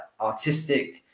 artistic